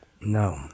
No